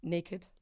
Naked